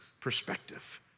perspective